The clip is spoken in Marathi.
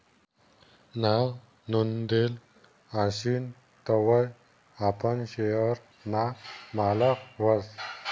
नाव नोंदेल आशीन तवय आपण शेयर ना मालक व्हस